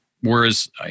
Whereas